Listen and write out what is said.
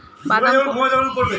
বাদাম কোন মরশুমে ভাল হয়?